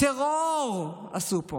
טרור עשו פה